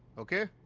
ok.